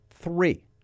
Three